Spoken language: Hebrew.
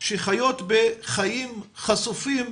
שחיות בחיים חשופים,